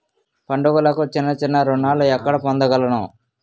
పండుగలకు చిన్న చిన్న రుణాలు ఎక్కడ పొందగలను?